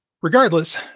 regardless